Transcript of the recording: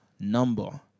number